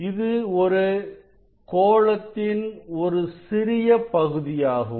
இது ஒரு கோளத்தின் ஒரு சிறிய பகுதியாகும்